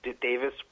Davis